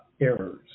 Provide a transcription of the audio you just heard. errors